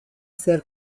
ser